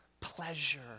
pleasure